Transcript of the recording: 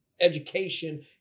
education